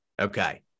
Okay